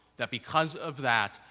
that because of that,